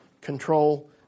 control